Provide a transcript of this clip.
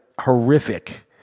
horrific